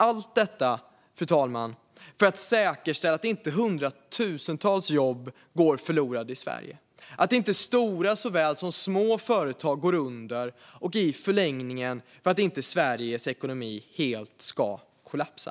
Allt detta, fru talman, måste ske för att säkerställa att inte hundratusentals jobb går förlorade i Sverige, för att inte stora såväl som små företag går under och i förlängningen för att inte Sveriges ekonomi helt ska kollapsa.